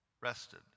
rested